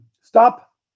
Stop